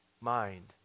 mind